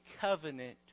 covenant